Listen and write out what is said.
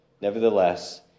Nevertheless